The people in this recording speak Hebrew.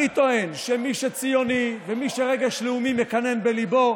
אני טוען שמי שציוני ומי שרגש לאומי מקנן בליבו,